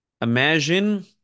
Imagine